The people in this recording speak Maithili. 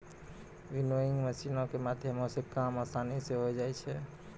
विनोइंग मशीनो के माध्यमो से काम असानी से होय जाय छै